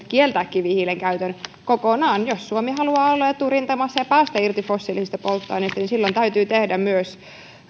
kieltää kivihiilen käytön kokonaan jos suomi haluaa olla eturintamassa ja päästä irti fossiilisista polttoaineista niin silloin täytyy tehdä